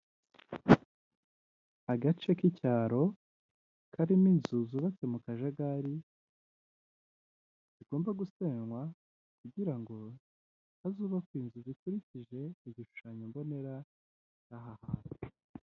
Agace k'icyaro karimo inzu zubatswe mu kajagari zigomba gusenywa kugira ngo hazubakwe inzu zikurikije igishushanyo mbonera aha hantu.